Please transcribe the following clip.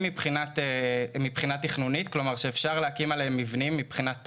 מבחינה תכנונית שאפשר להקים עליהם מבנים מבחינת תב"ע,